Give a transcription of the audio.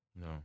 No